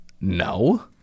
No